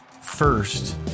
first